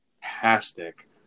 Fantastic